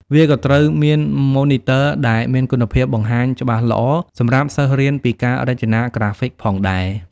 វាក៏ត្រូវមានម៉ូនីទ័រដែលមានគុណភាពបង្ហាញច្បាស់ល្អសម្រាប់សិស្សរៀនពីការរចនាក្រាហ្វិកផងដែរ។